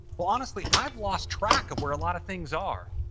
well, honestly, i've lost track of where a lot of things are.